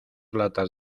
latas